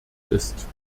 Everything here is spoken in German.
ist